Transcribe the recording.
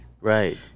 Right